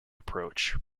approach